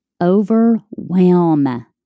Overwhelm